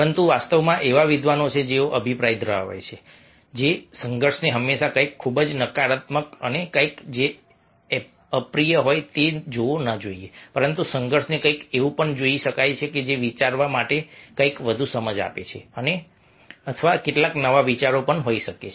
પરંતુ વાસ્તવમાં એવા વિદ્વાનો છે જેઓ અભિપ્રાય ધરાવે છે કે સંઘર્ષને હંમેશાં કંઈક ખૂબ જ નકારાત્મક અને કંઈક જે અપ્રિય હોય તે જોવા ન જોઈએ પરંતુ સંઘર્ષને કંઈક એવું પણ જોઈ શકાય છે જે વિચારવા માટે કંઈક વધુ સમજ આપે છે અથવા કેટલાક નવા વિચારો પણ હોઈ શકે છે